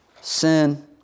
sin